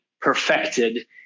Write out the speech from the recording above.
perfected